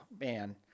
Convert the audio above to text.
man